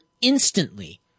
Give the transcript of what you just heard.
instantly